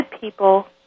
people